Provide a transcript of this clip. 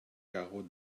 carreaux